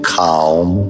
calm